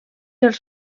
els